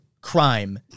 crime